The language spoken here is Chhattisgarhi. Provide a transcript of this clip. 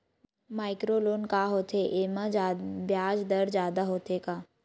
माइक्रो लोन का होथे येमा ब्याज दर जादा होथे का?